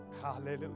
Hallelujah